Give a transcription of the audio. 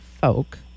Folk